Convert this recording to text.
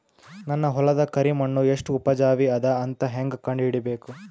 ನನ್ನ ಹೊಲದ ಕರಿ ಮಣ್ಣು ಎಷ್ಟು ಉಪಜಾವಿ ಅದ ಅಂತ ಹೇಂಗ ಕಂಡ ಹಿಡಿಬೇಕು?